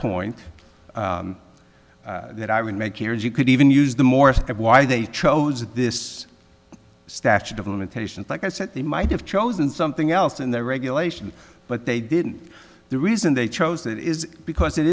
point that i would make here is you could even use the morse code why they chose this statute of limitations like i said they might have chosen something else in their regulation but they didn't the reason they chose it is because it